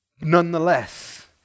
Nonetheless